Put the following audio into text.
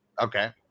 Okay